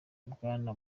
bwana